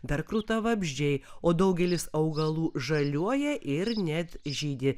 dar kruta vabzdžiai o daugelis augalų žaliuoja ir net žydi